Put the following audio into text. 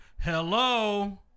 Hello